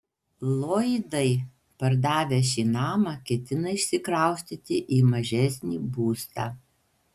lloydai pardavę šį namą ketina išsikraustyti į mažesnį būstą